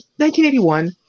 1981